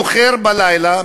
נוחר בלילה,